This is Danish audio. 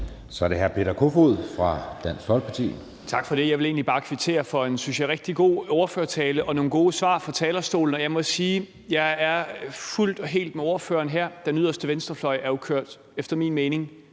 Så er det hr. Peter Kofod fra Dansk Folkeparti. Kl. 17:24 Peter Kofod (DF): Tak for det. Jeg ville egentlig bare kvittere for en, synes jeg, rigtig god ordførertale og nogle gode svar fra talerstolen. Jeg må sige, at jeg er fuldt og helt med ordføreren her. Den yderste venstrefløj er efter min mening